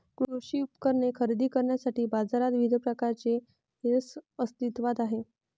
कृषी उपकरणे खरेदी करण्यासाठी बाजारात विविध प्रकारचे ऐप्स अस्तित्त्वात आहेत